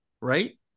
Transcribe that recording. right